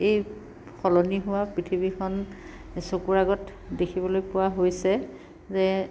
এই সলনি হোৱা পৃথিৱীখন চকুৰ আগত দেখিবলৈ পোৱা হৈছে যে